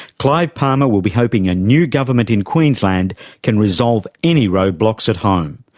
clive palmer will be hoping a new government in queensland can resolve any roadblocks at home.